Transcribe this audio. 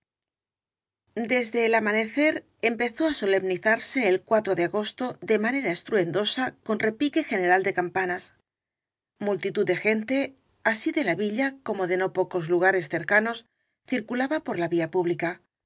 desde el amanecer empezó á solemnizarse el de agosto de manera estruendosa con repique ge neral de campanas multitud de gente así de la villa como de no po cos lugares cercanos circulaba por la vía publica